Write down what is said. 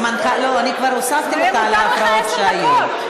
לא, אני כבר הוספתי לך על ההפרעות שהיו.